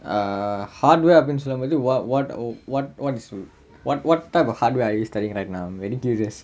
uh hardware அப்படின்னு சொல்லும் போது:appdinnu sollum pothu what what oh what what is what what type of hardware are you studying right now very curious